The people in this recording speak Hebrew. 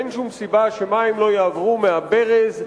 אין שום סיבה שמים לא יעברו מהברז,